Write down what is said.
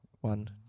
One